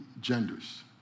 genders